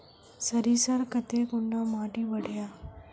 सरीसर केते कुंडा माटी बढ़िया?